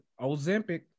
Ozempic